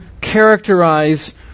characterize